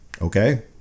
Okay